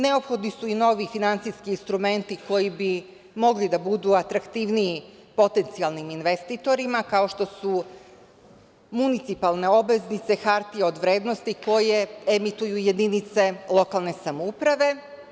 Neophodni su i novi finansijski instrumenti, koji bi mogli da budu atraktivniji potencijalnim investitorima, kao što su municipalne obveznice, hartije od vrednosti koje emituju jedinice lokalne samouprave.